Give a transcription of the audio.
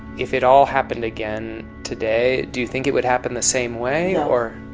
if it all happened again today, do you think it would happen the same way? or,